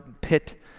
pit